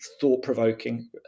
thought-provoking